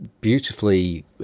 beautifully